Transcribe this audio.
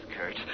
Kurt